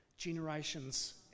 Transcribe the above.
generations